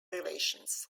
relations